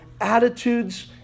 attitudes